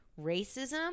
racism